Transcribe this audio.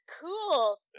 Cool